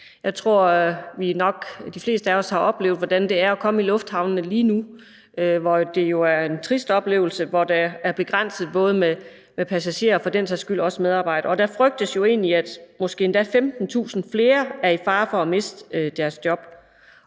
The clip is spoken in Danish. Jeg tror nok, de fleste af os har oplevet, hvordan det er at komme i lufthavnene lige nu, hvor det jo er en trist oplevelse, hvor det er begrænset med både passagerer og for den sags skyld også medarbejdere, og det frygtes jo egentlig, at måske endda 15.000 flere er i fare for at miste deres job.